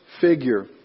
figure